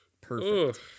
perfect